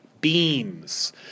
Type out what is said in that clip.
beams